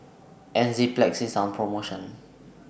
Enzyplex IS on promotion